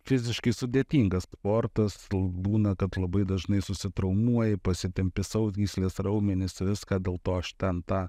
fiziškai sudėtingas sportas būna kad labai dažnai susitraumuoji pasitempi sausgysles raumenis viską dėl to aš ten tą